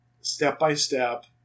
step-by-step